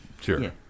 Sure